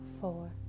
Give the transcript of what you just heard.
four